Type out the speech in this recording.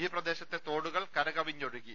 ഈ പ്രദേശത്തെ തോടുകൾ കരകവിഞ്ഞൊഴുകി